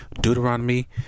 Deuteronomy